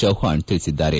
ಚವ್ವಾಣ್ ತಿಳಿಸಿದ್ದಾರೆ